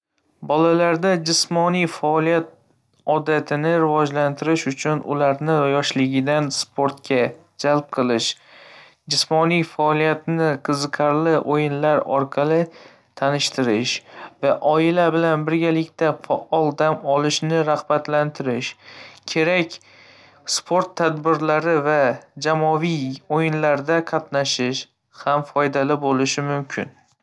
Bolalarda jismoniy faoliyat odatini rivojlantirish uchun ularni yoshligidan sportga jalb qilish, jismoniy faoliyatni qiziqarli o‘yinlar orqali tanishtirish va oila bilan birgalikda faol dam olishni rag‘batlantirish kerak. Sport tadbirlari va jamoaviy o‘yinlarda qatnashish ham foydali bo‘lishi mumkin.